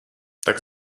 tak